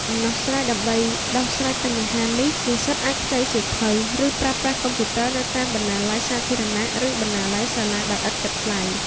ដំណោះស្រាយដើម្បីដោះស្រាយបញ្ហានេះនិស្សិតអាចខ្ចីសៀវភៅ ឬប្រើប្រាស់កុំព្យូទ័រនៅតាម បណ្ណាល័យសាធារណៈ ឬបណ្ណាល័យសាលាដោយឥតគិតថ្លៃ។